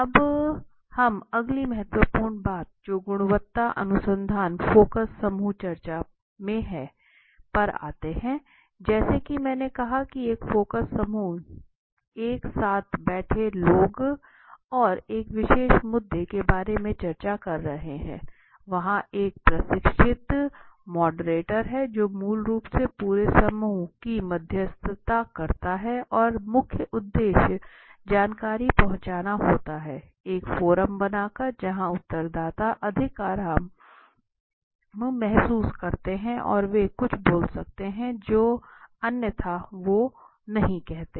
अब हम अगली महत्वपूर्ण बात जो गुणवत्ता अनुसंधान फोकस समूह चर्चा में है पर जाते हैं जैसा कि मैंने कहा एक फोकस समूह जैसा कि एक साथ बैठे लोग और एक विशेष मुद्दे के बारे में चर्चा कर रहे हैं वहाँ एक प्रशिक्षित मॉडरेटर है जो मूल रूप से पूरे समूह की मध्यस्थता करता है और मुख्य उद्देश्य जानकारी पहुंचाना होता है एक फोरम बनाकर जहां उत्तरदाता अधिक आराम महसूस करते हैं और वे कुछ बोल सकते हैं जो अन्यथा वे नहीं कहते